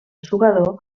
jugador